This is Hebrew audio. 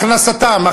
הכנסתם,